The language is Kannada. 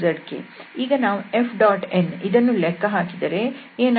ಈಗ ನಾವು F⋅n ಇದನ್ನು ಲೆಕ್ಕ ಹಾಕಿದರೆ ಏನಾಗುತ್ತದೆ